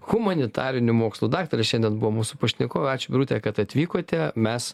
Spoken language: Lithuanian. humanitarinių mokslų daktarė šiandien buvo mūsų pašnekovė ačiū birute kad atvykote mes